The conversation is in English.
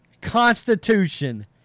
Constitution